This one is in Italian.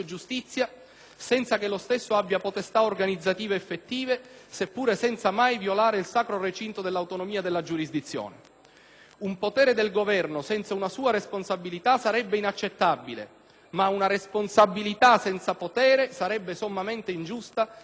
senza che lo stesso abbia potestà organizzative effettive, seppur senza mai violare il sacro recinto dell'autonomia della giurisdizione. Un potere del Governo senza una sua responsabilità sarebbe inaccettabile, ma una responsabilità senza potere sarebbe sommamente ingiusta e, alla